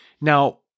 Now